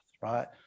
right